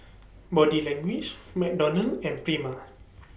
Body Language McDonald's and Prima